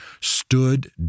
stood